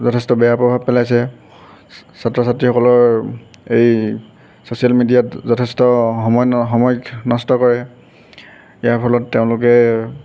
যথেষ্ট বেয়া প্ৰভাৱ পেলাইছে ছাত্ৰ ছাত্ৰীসকলৰ এই ছ'চিয়েল মেডিয়াত যথেষ্ট সময় সময় নষ্ট কৰে ইয়াৰ ফলত তেওঁলোকে